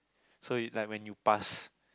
so you like when you pass